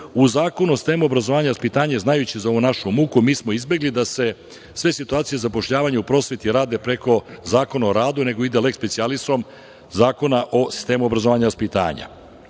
Zakonu o sistemu obrazovanja i vaspitanja, znajući za ovu našu muku, mi smo izbegli da se sve situaciju zapošljavanja u prosveti rade preko Zakona o radu, ne nego ide leks specijalisom Zakona o sistemu obrazovanja i vaspitanja.